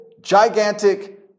gigantic